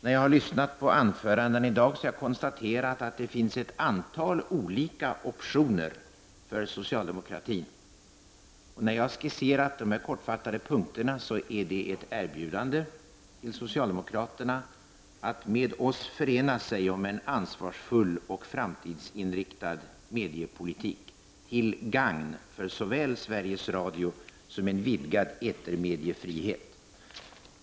När jag har lyssnat på anförandena i dag har jag konstaterat att det finns ett antal olika optioner för socialdemokratin. När jag har skisserat dessa kortfattade punkter är det ett erbjudande till socialdemokraterna att med oss förena sig om en ansvarsfull och framtidsinriktad mediepolitik, till gagn för såväl Sveriges Radio som en vidgad etermediefrihet.